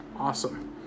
awesome